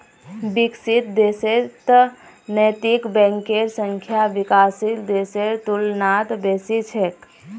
विकसित देशत नैतिक बैंकेर संख्या विकासशील देशेर तुलनात बेसी छेक